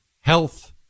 Health